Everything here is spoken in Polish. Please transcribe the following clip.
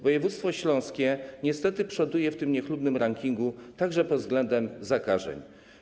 Województwo śląskie niestety przoduje w tym niechlubnym rankingu także pod względem zakażeń.